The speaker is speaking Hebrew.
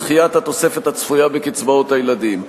דחיית התוספת הצפויה בקצבאות הילדים,